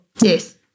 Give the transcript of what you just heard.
Yes